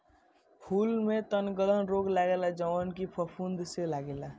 फूल में तनगलन रोग लगेला जवन की फफूंद से लागेला